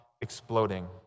exploding